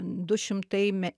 du šimtai me